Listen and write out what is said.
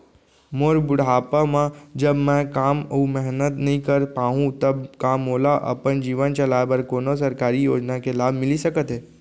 मोर बुढ़ापा मा जब मैं काम अऊ मेहनत नई कर पाहू तब का मोला अपन जीवन चलाए बर कोनो सरकारी योजना के लाभ मिलिस सकत हे?